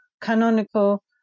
canonical